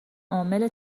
عامل